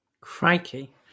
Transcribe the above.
Crikey